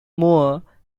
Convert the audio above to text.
moore